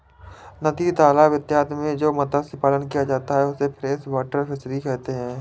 नदी तालाब इत्यादि में जो मत्स्य पालन किया जाता है उसे फ्रेश वाटर फिशरी कहते हैं